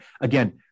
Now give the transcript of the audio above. Again